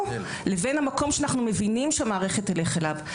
לבין המקום שאנחנו מבינים שהמערכת תלך אליו.